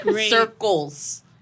circles